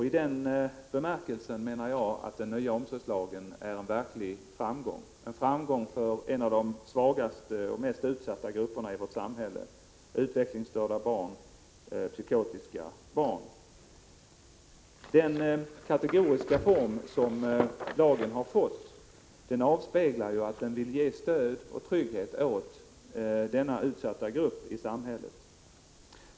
I den bemärkelsen menar jag att den nya omsorgslagen är en verklig framgång för en av de svagaste och mest utsatta grupperna i vårt land, nämligen utvecklingsstörda barn och psykotiska barn. Den kategoriska form lagen fått avspeglar att den vill ge stöd och trygghet åt denna utsatta grupp i samhället.